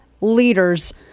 leaders